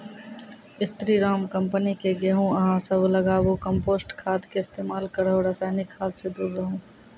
स्री Ram company के गेहूँ अहाँ सब लगाबु कम्पोस्ट खाद के इस्तेमाल करहो रासायनिक खाद से दूर रहूँ?